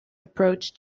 approach